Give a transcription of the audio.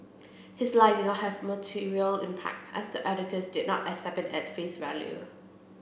his lie did not have material impact as the auditors did not accept it at face value